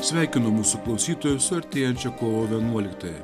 sveikinu mūsų klausytojus su artėjančia kovo vienuoliktąja